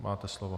Máte slovo.